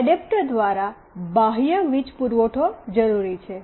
adapter દ્વારા બાહ્ય વીજ પુરવઠો જરૂરી છે